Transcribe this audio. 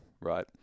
right